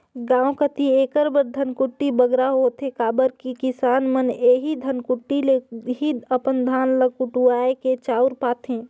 गाँव कती एकर बर धनकुट्टी बगरा होथे काबर कि किसान मन एही धनकुट्टी ले ही अपन धान ल कुटवाए के चाँउर पाथें